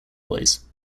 boys